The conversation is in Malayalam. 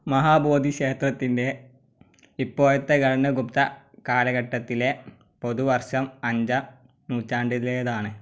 മഹാബോധി ക്ഷേത്രത്തിൻ്റെ ഇപ്പോഴത്തെ ഘടന ഗുപ്ത കാലഘട്ടത്തിലെ പൊതുവർഷം അഞ്ചാം നൂറ്റാണ്ടിലേതാണ്